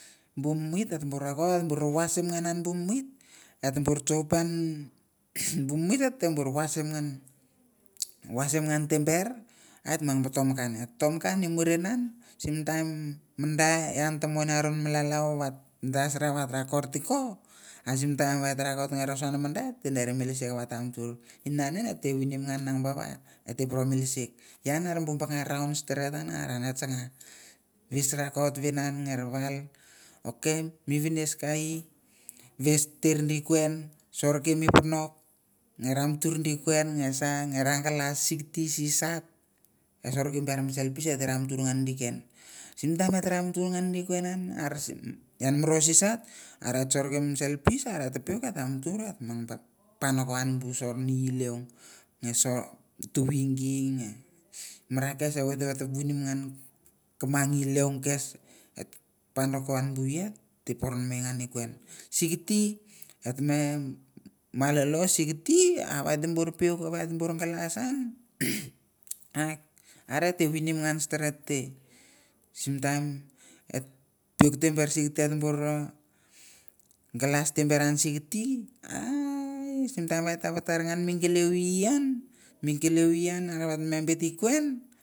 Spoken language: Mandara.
Bu muit ot bu rakot bero wasim ngan bu muit are te bu muit oter bu wasim ngan tember et tomkan, eh tomkan i murehin simtaim minda ian tamon iron me lalay me dast tara takor tiko simtaim wah etrokot et dere me lesek tamatur inan nin et winim ngan ba et por me lesek ia me bango raun eteng no changa whis ter di dwen chorke me ponok galas ramatur di kuwan ra galas sikiti sisat choroke me selpis martur di ken ian me sim taim et tamatur ngan di ken a me rosisat et eh soroke me selpis et ramatur panawam bu ilieanang soretuingi simi ra kes et wit na winin ngan kamang i lieaung panakon bu i et a por namei ngan ikon sikit et be malolo ve et bu puik ve et bur galas et eh winim ngan steret eh sim taim et puik bu sikiti galas tembuar sikiti sim taim et te watar ngan galiu i ah ta bit i ken.